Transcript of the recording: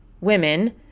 women